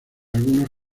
algunos